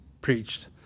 preached